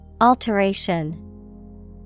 Alteration